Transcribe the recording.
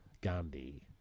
Gandhi